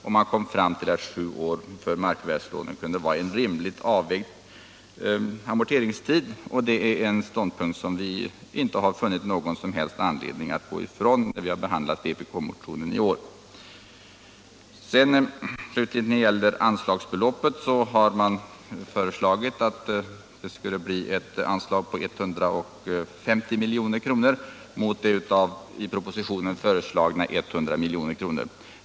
Då kom man fram till att sju år för markförvärvslånen kunde vara en rimligt avvägd amorteringstid. Det är en ståndpunkt som vi inte har funnit någon som helst anledning att gå ifrån när vi har behandlat vpk-motionen i år. Då det slutligen gäller anslagsbeloppet har vpk föreslagit 150 milj.kr. mot i propositionen föreslagna 100 milj.kr.